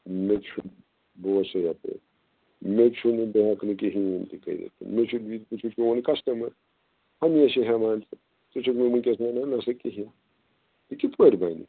مےٚ چھُنہٕ بوز سا یَپٲرۍ مےٚ چھُنہٕ بہٕ ہیٚکہٕ نہٕ کِہیٖنۍ تہِ کٔرِتھ مےٚ چھُ بہٕ چھُس چیٛون کَسٹمَر ہمیشہٕ ہیٚوان ژےٚ ژٕ چھیٚکھ مےٚ وُنٛکیٚس وَنان نَہ سا کِہیٖنۍ تہِ کِتھ پٲٹھۍ بَنہِ